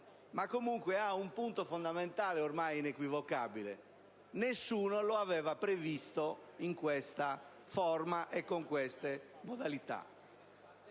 ma comunque ha un punto fondamentale ormai inequivocabile: nessuno lo aveva previsto in questa forma e con queste modalità.